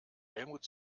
helmut